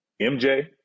MJ